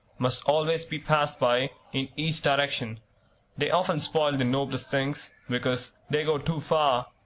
must always be passed by, in each direction they often spoil the noblest things, because they go too far,